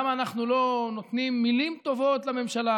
למה אנחנו לא נותנים מילים טובות לממשלה?